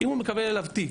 אם הוא מקבל אליו תיק,